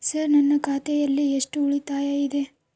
Sir ನನ್ನ ಖಾತೆಯಲ್ಲಿ ಎಷ್ಟು ಉಳಿತಾಯ ಇದೆ?